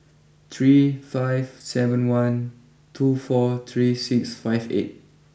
three five seven one two four three six five eight